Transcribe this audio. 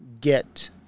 get